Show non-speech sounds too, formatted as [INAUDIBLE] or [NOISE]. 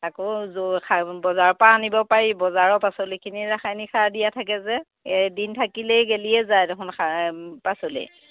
অঁ আকৌ যোৰ [UNINTELLIGIBLE] বজাৰৰপৰা আনিব পাৰি বজাৰৰ পাচলিখিনিত ৰাসায়নিক সাৰ দিয়া থাকে যে এদিন থাকিলেই গেলিয়ে যায় দেখোন সাৰ পাচলি